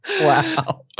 Wow